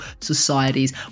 societies